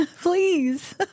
Please